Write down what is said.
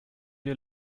wir